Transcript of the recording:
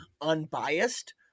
unbiased